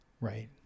Right